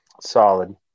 Solid